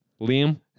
Liam